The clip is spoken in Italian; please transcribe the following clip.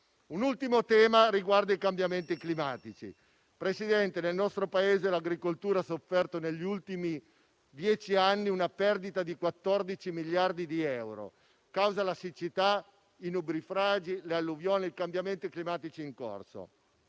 Un ultimo tema riguarda i cambiamenti climatici. Signor Presidente, nel nostro Paese l'agricoltura ha sofferto negli ultimi dieci anni una perdita di 14 miliardi di euro a causa della siccità, dei nubifragi, delle alluvioni e dei cambiamenti climatici in corso.